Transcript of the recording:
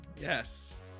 Yes